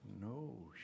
No